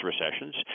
recessions